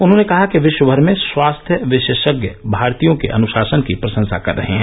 उन्होंने कहा कि विश्वमर में स्वास्थ्य विशेषज्ञ भारतीयों के अनुशासन की प्रशंसा कर रहे हैं